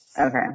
Okay